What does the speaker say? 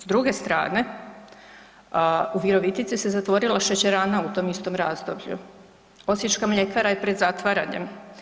S druge strane u Virovitici se zatvorila šećerana u tom istom razdoblju, osječka mljekara je pred zatvaranjem.